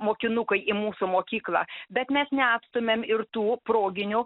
mokinukai į mūsų mokyklą bet mes neatstumiam ir tų proginių